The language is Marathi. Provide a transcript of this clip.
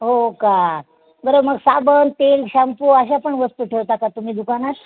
हो का बरं मग साबण तेल शॅम्पू अशा पण वस्तू ठेवता का तुम्ही दुकानात